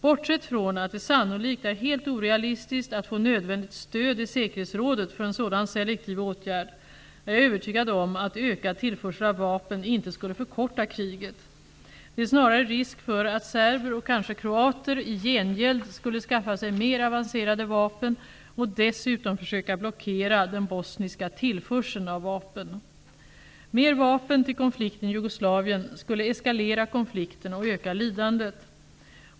Bortsett från att det sannolikt är helt orealistiskt att få nödvändigt stöd i säkerhetsrådet för en sådan selektiv åtgärd, är jag övertygad om att ökad tillförsel av vapen inte skulle förkorta kriget. Det är snarare risk för att serber och kanske kroater i gengäld skulle skaffa sig mer avancerade vapen och dessutom försöka blockera den bosniska tillförseln av vapen. Mer vapen till konflikten i Jugoslavien skulle eskalera konflikten och öka lidandet.